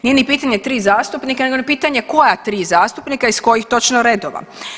Nije ni pitanje 3 zastupnika nego je pitanje koja 3 zastupnika iz kojih točno redova?